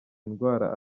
ndwara